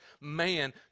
man